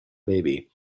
baby